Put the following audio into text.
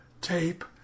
tape